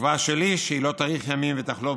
בתקווה שלי שהיא לא תאריך ימים ותחלוף